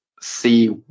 see